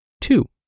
two